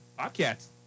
Bobcats